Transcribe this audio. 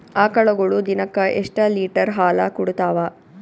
ಆಕಳುಗೊಳು ದಿನಕ್ಕ ಎಷ್ಟ ಲೀಟರ್ ಹಾಲ ಕುಡತಾವ?